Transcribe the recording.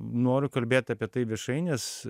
noriu kalbėt apie tai viešai nes